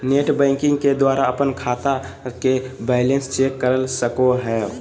net banking के द्वारा अपन बैंक खाता के बैलेंस चेक कर सको हो